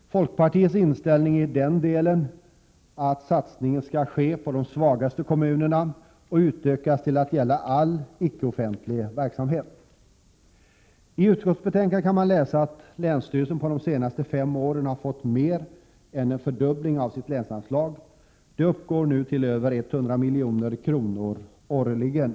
Folkpartiets inställning i fråga om detta är att satsningen skall ske i de svagaste kommunerna och utökas till att gälla all icke-offentlig verksamhet. I utskottsbetänkandet kan man läsa att länsstyrelsen under de senaste fem åren har fått mer än en fördubbling av sitt anslag. Det uppgår nu till över 100 milj.kr. årligen.